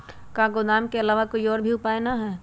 का गोदाम के आलावा कोई और उपाय न ह?